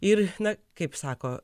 ir na kaip sako